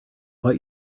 what